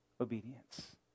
obedience